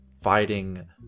fighting